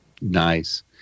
Nice